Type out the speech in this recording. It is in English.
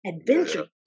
Adventure